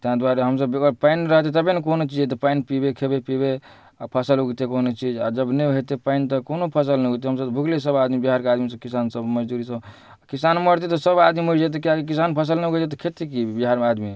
ताहि दुआरे हमसभ बेगर पानि रहतै तबे ने कोनो चीज हेतै पानि पिबै खेबै पिबै आओर फसिल उगतै कोनो चीज आओर जब नहि हेतै पानि तऽ कोनो फसिल नहि उगतै हमसभ तऽ भुखले सभआदमी बिहारके आदमीसभ किसानसभ मजदूरसभ किसान मरतै तऽ सभआदमी मरि जेतै किएकि किसान फसिल नहि उगतै तऽ खेतै कि बिहारमे आदमी